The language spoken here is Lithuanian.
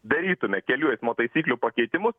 darytume kelių eismo taisyklių pakeitimus